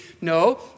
No